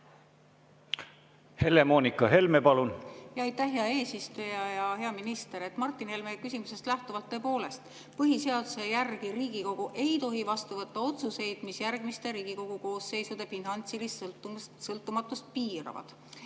Helle-Moonika Helme, palun! Aitäh, hea eesistuja! Hea minister! Martin Helme küsimusest lähtuvalt: tõepoolest, põhiseaduse järgi ei tohi Riigikogu vastu võtta otsuseid, mis järgmiste Riigikogu koosseisude finantsilist sõltumatust piiravad.